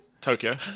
tokyo